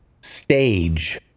stage